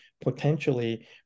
potentially